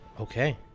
Okay